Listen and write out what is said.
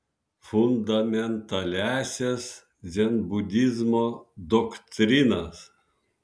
fundamentaliąsias dzenbudizmo doktrinas